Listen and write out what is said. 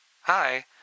Hi